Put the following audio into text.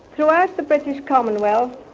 throughout the british commonwealth,